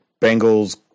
Bengals